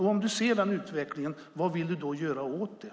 Om du ser den, vad vill du då göra åt det?